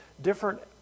different